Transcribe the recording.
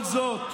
כל זאת,